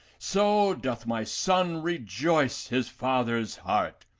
so doth my son rejoice his father's heart,